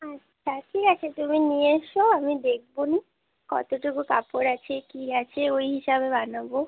আচ্ছা ঠিক আছে তুমি নিয়ে এসো আমি দেখবো নি কতটুকু কাপড় আছে কী আছে ওই হিসাবে বানাবো